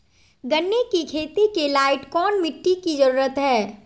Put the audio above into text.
गन्ने की खेती के लाइट कौन मिट्टी की जरूरत है?